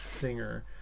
singer